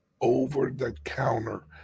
over-the-counter